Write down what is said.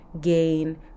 gain